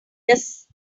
does